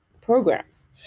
programs